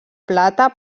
plata